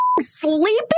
sleeping